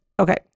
Okay